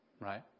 right